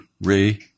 Ray